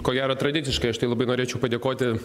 ko gero tradiciškai aš tai labai norėčiau padėkoti